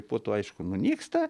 po to aišku nunyksta